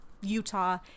utah